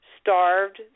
starved